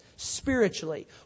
Spiritually